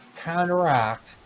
counteract